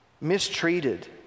Mistreated